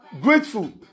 grateful